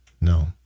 No